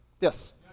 Yes